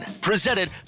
presented